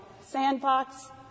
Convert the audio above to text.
sandbox